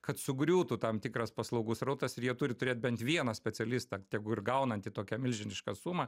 kad sugriūtų tam tikras paslaugų srautas ir jie turi turėt bent vieną specialistą tegu ir gaunantį tokią milžinišką sumą